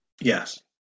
yes